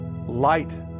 Light